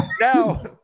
now